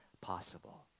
possible